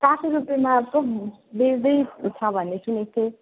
साठी रुपियाँमा पो बेच्दैछ भन्ने सुनेको थिएँ